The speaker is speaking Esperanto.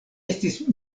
estis